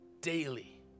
daily